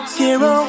zero